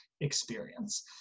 experience